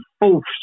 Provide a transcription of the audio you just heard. fourth